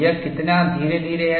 यह कितना धीरे धीरे है